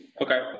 Okay